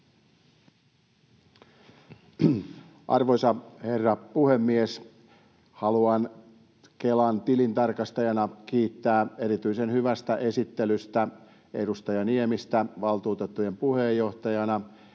Arvoisa herra puhemies! Haluan Kelan tilintarkastajana kiittää erityisen hyvästä esittelystä edustaja Niemistä valtuutettujen puheenjohtajana.